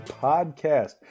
podcast